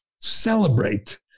celebrate